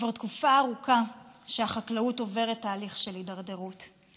כבר תקופה ארוכה שהחקלאות עוברת תהליך של הידרדרות.